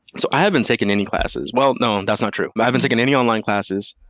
so i haven't taken any classes. well, no. and that's not true. i haven't taken any online classes.